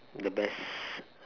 the best